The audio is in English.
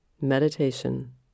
meditation